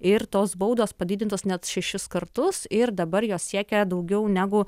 ir tos baudos padidintos net šešis kartus ir dabar jos siekia daugiau negu